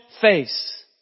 face